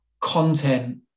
content